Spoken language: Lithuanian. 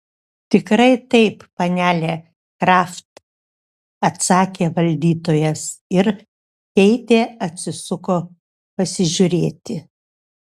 tikrai taip panele kraft atsakė valdytojas ir keitė atsisuko pasižiūrėti